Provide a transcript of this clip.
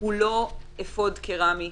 הוא לא אפוד קרמי.